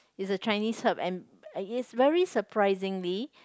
is a Chinese herb and it's very surprisingly